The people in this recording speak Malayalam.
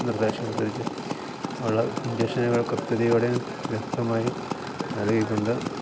നിർദ്ദേശമനുസരിച്ച് ഉള്ള ഇഞ്ചക്ഷനുകൾ കൃത്യതയോടെയും വ്യക്തമായും നൽകിക്കൊണ്ട്